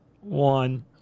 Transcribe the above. One